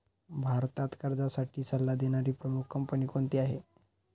भारतात कर्जासाठी सल्ला देणारी प्रमुख कंपनी कोणती आहे?